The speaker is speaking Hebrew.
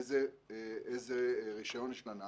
איזה רשיון יש לנהג.